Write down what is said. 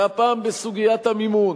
והפעם בסוגיית המימון.